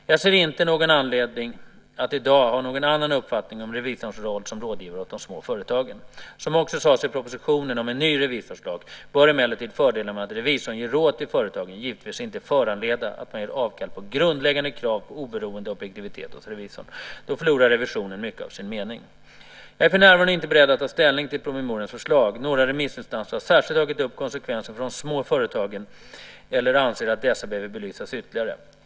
Jag ser inte någon anledning att i dag ha någon annan uppfattning om revisorns roll som rådgivare åt de små företagen. Som också sades i propositionen om en ny revisorslag bör emellertid fördelarna med att revisorn ger råd till företagen givetvis inte föranleda att man gör avkall på grundläggande krav på oberoende och objektivitet hos revisorn. Då förlorar revisionen mycket av sin mening. Jag är för närvarande inte beredd att ta ställning till promemorians förslag. Några remissinstanser har särskilt tagit upp konsekvenserna för de små företagen eller anser att dessa behöver belysas ytterligare.